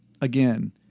again